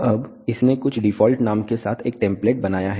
अब इसने कुछ डिफ़ॉल्ट नाम के साथ एक टेम्पलेट बनाया है